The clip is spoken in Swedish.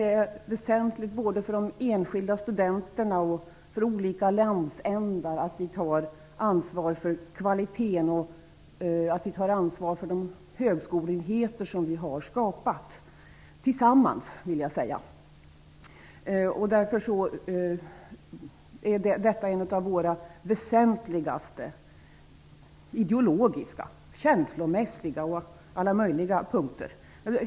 Det är väsentligt både för de enskilda studenterna och för olika landsändar att vi tar ansvar för kvaliteten och för de högskoleenheter som vi tillsammans har skapat. Därför är detta en av våra väsentligaste ideologiska, känslomässiga och alla möjliga punkter.